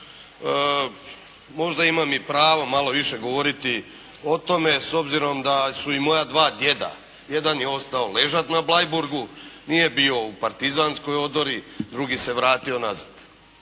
možda imam i pravo malo više govoriti o tome, s obzirom da su i moja 2 djeda, jedan je ostao ležat na Bleiburgu, nije bio u partizanskoj odori, drugi se vratio nazad.